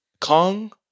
Kong